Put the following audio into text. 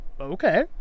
okay